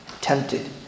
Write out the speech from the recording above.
tempted